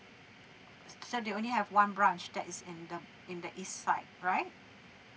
s~ so they only have one branch that's in the in the east side right